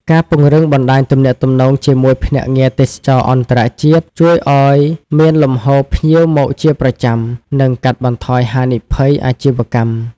ការពង្រឹងបណ្តាញទំនាក់ទំនងជាមួយភ្នាក់ងារទេសចរណ៍អន្តរជាតិ ជួយឱ្យមានលំហូរភ្ញៀវមកជាប្រចាំ និងកាត់បន្ថយហានិភ័យអាជីវកម្ម។